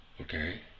Okay